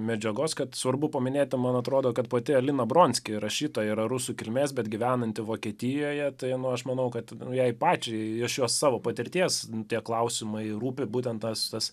medžiagos kad svarbu paminėti man atrodo kad pati alina bronski rašytoja yra rusų kilmės bet gyvenanti vokietijoje tai nu aš manau kad jai pačiai iš jos savo patirties tie klausimai rūpi būtent tas tas